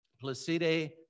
Placide